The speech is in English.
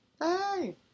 Hey